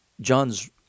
John's